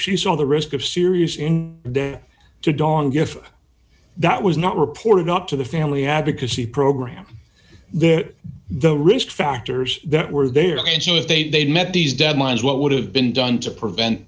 she saw the risk of serious in there to dong if that was not reported not to the family advocacy program there the risk factors that were there and so if they'd met these deadlines what would have been done to prevent